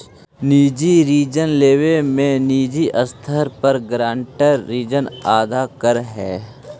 निजी ऋण लेवे में निजी स्तर पर गारंटर ऋण अदा करऽ हई